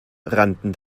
rannten